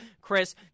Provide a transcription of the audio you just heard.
Chris